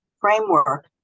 framework